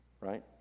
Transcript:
right